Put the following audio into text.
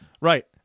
Right